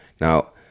Now